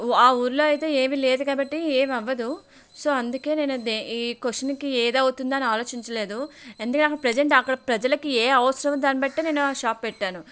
ఆ ఊరిలో అయితే ఏవి లేదు కాబట్టి ఏమి అవ్వదు సో అందుకు నేను ఈ క్వశ్చన్నికి ఏది అవుతుంది అని ఆలోచించలేదు ఎందుకంటే ప్రసెంట్ అక్కడ ప్రజలకు ఏ అవసరం దాన్ని బట్టి నేను ఆ షాప్ పెట్టాను